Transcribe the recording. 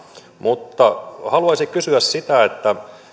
mutta haluaisin kysyä kun